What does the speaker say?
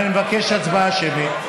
ואני מבקש הצבעה שמית.